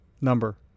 number